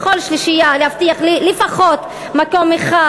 בכל שלישייה להבטיח לי לפחות מקום אחד